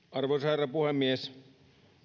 arvoisa herra puhemies